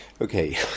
okay